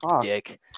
dick